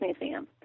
Museum